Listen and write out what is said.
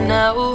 now